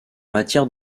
matière